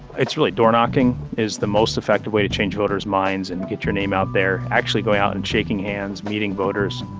it's really door knocking is the most effective way to change voters' minds and get your name out there, actually going out and shaking hands, meeting voters,